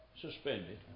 suspended